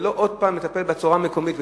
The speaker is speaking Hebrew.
ולא עוד פעם לטפל בצורה מקומית.